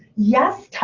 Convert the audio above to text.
yes,